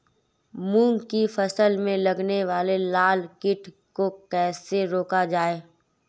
मूंग की फसल में लगने वाले लार कीट को कैसे रोका जाए?